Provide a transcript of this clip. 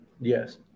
Yes